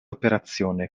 operazione